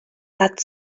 that